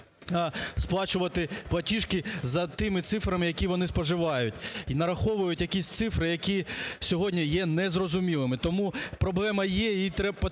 сплачувати платіжки за тими цифрами, які вони споживають, і нараховують якісь цифри, які сьогодні є незрозумілими. Тому проблема є, її потрібно